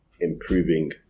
improving